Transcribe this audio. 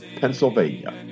Pennsylvania